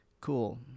cool